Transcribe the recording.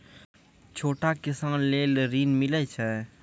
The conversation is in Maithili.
छोटा किसान लेल ॠन मिलय छै?